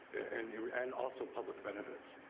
and and also public benefits,